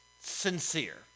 sincere